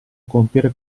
compiere